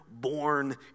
Born